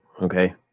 okay